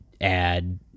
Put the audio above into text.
add